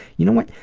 you know what?